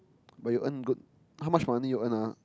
but you earn good how much money you earn ah